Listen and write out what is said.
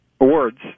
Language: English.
awards